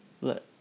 Look